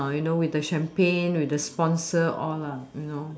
you know with the champaign with the sponsor all lah